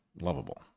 lovable